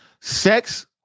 Sex